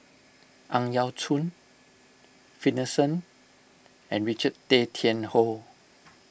Ang Yau Choon Finlayson and Richard Tay Tian Hoe